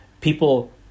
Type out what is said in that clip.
People